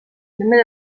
primer